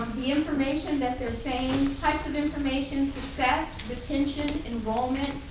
the information that they're saying types of information success, retention, enrollment,